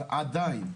אבל עדיין,